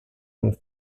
and